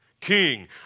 king